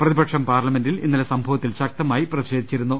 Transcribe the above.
പ്രതിപക്ഷം പാർലമെന്റിൽ ഇന്നലെ സംഭവത്തിൽ ശക്തമായി പ്രതിഷേധിച്ചിരുന്നു